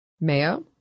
Mayo